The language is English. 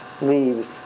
leaves